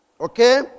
Okay